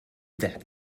that